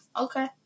Okay